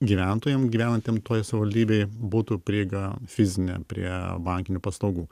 gyventojam gyvenantiem toj savivaldybėj būtų prieiga fizinė prie bankinių paslaugų